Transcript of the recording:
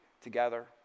together